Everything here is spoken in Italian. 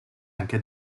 anche